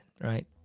right